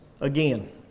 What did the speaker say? again